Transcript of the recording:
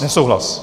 Nesouhlas.